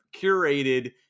curated